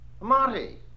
Monty